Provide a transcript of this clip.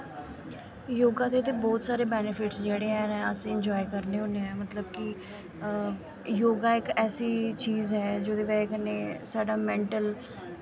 योगा दे ते बड़े सारे बैनिफिटस जेह्ड़े हैन नै अस इं'या करने होन्ने ऐं मतलब कि योगा इक ऐसी चीज ऐ जेह्दी बजह कन्नै साढ़ा मैन्टल